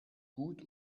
gut